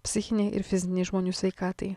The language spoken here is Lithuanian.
psichinei ir fizinei žmonių sveikatai